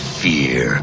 fear